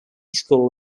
school